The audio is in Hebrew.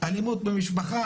אלימות במשפחה,